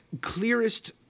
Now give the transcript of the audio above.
clearest